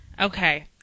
Okay